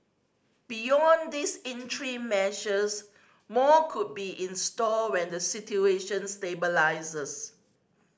beyond these measures more could be in store when the situation stabilises